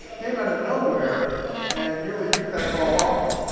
came out of nowhere and nearly picked that ball off.